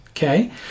Okay